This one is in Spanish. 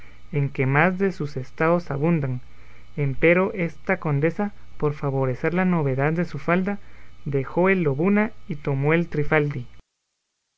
en que más sus estados abundan empero esta condesa por favorecer la novedad de su falda dejó el lobuna y tomó el